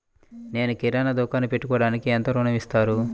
నేను కిరాణా దుకాణం పెట్టుకోడానికి ఎంత ఋణం ఇస్తారు?